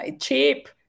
Cheap